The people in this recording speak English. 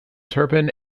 turpin